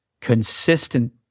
consistent